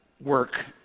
work